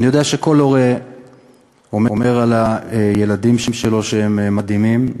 אני יודע שכל הורה אומר על הילדים שלו שהם מדהימים,